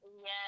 Yes